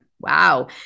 Wow